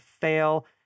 fail